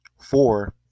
four